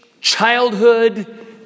childhood